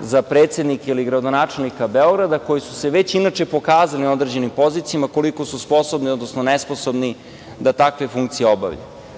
za predsednike ili gradonačelnika Beograda, koji su se već inače pokazali na određenim pozicijama koliko su sposobni, odnosno nesposobni da takve funkcije obavljaju. Apsolutno